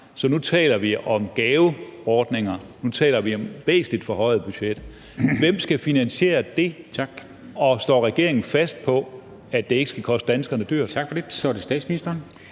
Så nu taler vi om gaveordninger, og nu taler vi om et væsentligt forhøjet budget. Hvem skal finansiere det? Står regeringen fast på, at det ikke skal koste danskerne dyrt? Kl. 23:45 Formanden